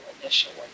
initially